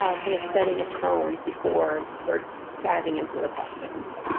ah kind of setting a tone before we're diving into the questions.